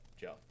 Joe